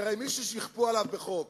כי הרי מי שיכפו עליו בחוק